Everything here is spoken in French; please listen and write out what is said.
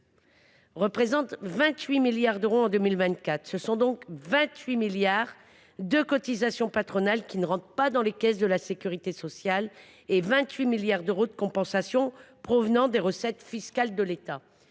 s’élève à 28 milliards d’euros en 2024. Ce sont donc 28 milliards de cotisations patronales qui ne rentrent pas dans les caisses de la sécurité sociale, mais aussi 28 milliards d’euros de compensations qui sont soustraits aux recettes fiscales de l’État.